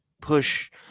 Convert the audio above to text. push